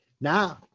Now